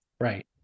Right